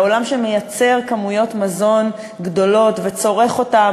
לעולם שמייצר כמויות מזון גדולות וצורך אותן